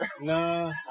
No